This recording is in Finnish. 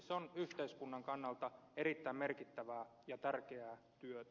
se on yhteiskunnan kannalta erittäin merkittävää ja tärkeää työtä